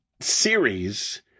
series